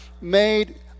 made